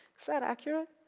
is that accurate?